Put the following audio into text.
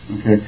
Okay